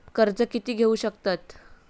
कर्ज कीती घेऊ शकतत?